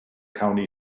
county